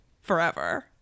forever